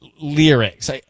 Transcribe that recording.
lyrics